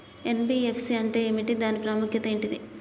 NBFC అంటే ఏమిటి దాని ప్రాముఖ్యత ఏంటిది?